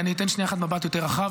אני אתן שנייה אחת מבט יותר רחב.